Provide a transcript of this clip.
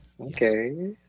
okay